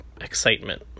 excitement